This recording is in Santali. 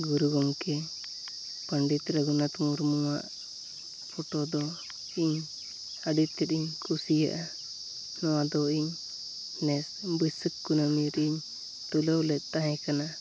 ᱜᱩᱨᱩ ᱜᱚᱢᱠᱮ ᱯᱚᱸᱰᱮᱛ ᱨᱟᱹᱜᱷᱩᱱᱟᱛᱷ ᱢᱩᱨᱢᱩᱣᱟᱜ ᱯᱷᱳᱴᱳ ᱫᱚ ᱤᱧ ᱟᱹᱰᱤᱛᱮᱫᱤᱧ ᱠᱩᱥᱤᱭᱟᱜᱼᱟ ᱱᱚᱣᱟᱫᱚ ᱤᱧ ᱱᱮᱥ ᱵᱟᱹᱭᱥᱟᱹᱠᱷ ᱠᱩᱱᱟᱹᱢᱤᱨᱮᱧ ᱛᱩᱞᱟᱹᱣᱞᱮᱫ ᱛᱟᱦᱮᱸ ᱠᱟᱱᱟ